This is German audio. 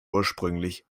ursprünglich